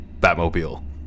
Batmobile